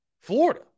Florida